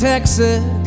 Texas